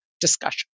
discussion